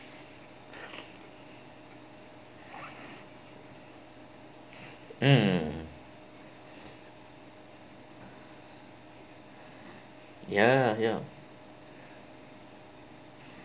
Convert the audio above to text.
mm ya ya